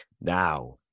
Now